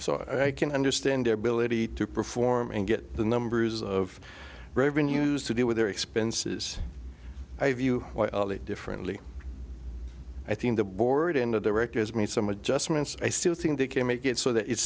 so i can understand their billet eat to perform and get the numbers of revenues to deal with their expenses i view it differently i think the board into their records made some adjustments i still think they came make it so that it